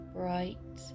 bright